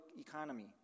economy